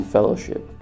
Fellowship